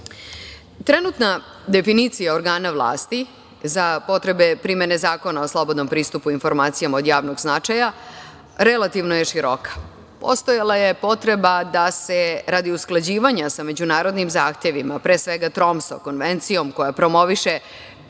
odnosio. Trenutna definicija organa vlasti za potrebe primene zakona o slobodnom pristupu informacijama od javnog značaja relativno je široka. Postojala je potreba da se radi usklađivanja sa međunarodnim zahtevima, pre svega Tromso konvencijom koja promoviše